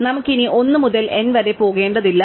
നമുക്ക് ഇനി 1 മുതൽ n വരെ പോകേണ്ടതില്ല